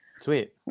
Sweet